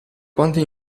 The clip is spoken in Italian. quanti